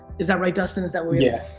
is that right, dustin? is that where yeah.